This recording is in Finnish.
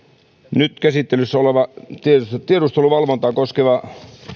nyt käsittelyssä oleva tiedusteluvalvontaa koskeva